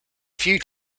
few